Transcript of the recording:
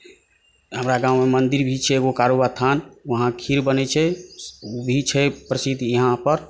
हमरा गाममे एगो मन्दिर भी छै बाबा कारुबाबा स्थान वहाँ खीर बनै छै ओ भी छै प्रसिद्ध यहाँ पर